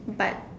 but